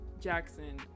Jackson